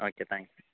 okay thanks